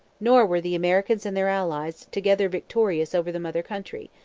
nor were the americans and their allies together victorious over the mother country,